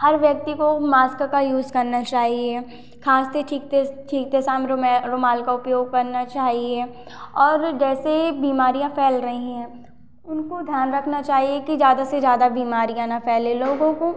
हर व्यक्ति को मास्क का यूज़ करना चाहिए खाँसते छींकते छींकते समय रुमाल का उपयोग करना चाहिए और जैसे ही बीमारियाँ फैल रही हैं उनको ध्यान रखना चाहिए कि ज़्यादा से ज़्यादा बीमारियाँ ना फैलें लोगों को